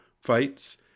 fights